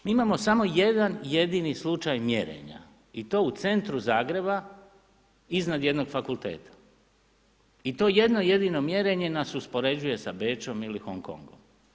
Mi imamo samo jedan jedini slučaj mjerenja i to u centru Zagreba, iznad jednog fakulteta i to jedno jedino mjerenje nas uspoređuje sa Bečom ili Hong Kongom.